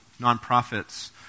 nonprofits